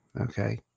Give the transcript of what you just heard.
Okay